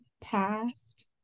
past